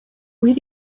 where